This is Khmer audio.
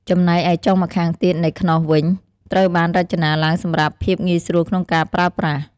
ចំណែកឯចុងម្ខាងទៀតនៃខ្នោសវិញ ត្រូវបានរចនាឡើងសម្រាប់ភាពងាយស្រួលក្នុងការប្រើប្រាស់។